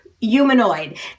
humanoid